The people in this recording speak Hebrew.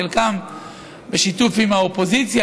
חלקם בשיתוף עם האופוזיציה,